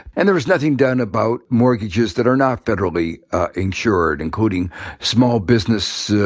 and there was nothing done about mortgages that are not federally insured, including small business